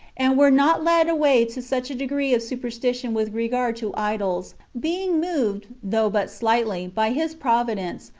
and were not led away to such a degree of superstition with regard to idols, being moved, though but slightly, by his providence,